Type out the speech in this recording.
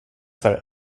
för